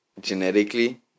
Genetically